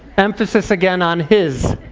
emphasis again on his.